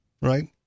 right